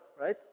Right